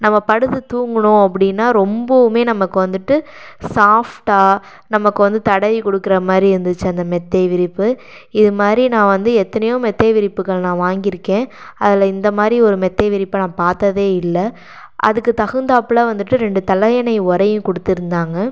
நம்ம படுத்து தூங்கணும் அப்படின்னா ரொம்பவுமே நமக்கு வந்துட்டு சாஃப்ட்டாக நமக்கு வந்து தடவி கொடுக்குற மாதிரி இருந்துச்சு அந்த மெத்தை விரிப்பு இதுமாதிரி நான் வந்து எத்தனையோ மெத்தை விரிப்புகள் நான் வாங்கியிருக்கேன் அதில் இந்தமாதிரி ஒரு மெத்தை விரிப்பை நான் பார்த்ததே இல்லை அதுக்கு தகுந்தாப்பில வந்துட்டு ரெண்டு தலையணை உறையும் கொடுத்துருந்தாங்க